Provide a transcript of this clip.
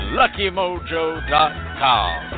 luckymojo.com